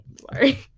Sorry